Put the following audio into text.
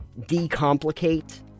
decomplicate